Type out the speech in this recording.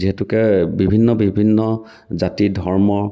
যিহেতুকে বিভিন্ন বিভিন্ন জাতি ধৰ্ম